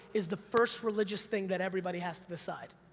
is the first religious thing that everybody has to decide.